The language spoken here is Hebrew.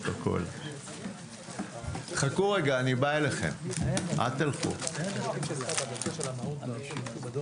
13:35.